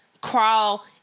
crawl